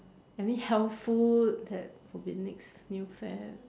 any health food that could be next new fad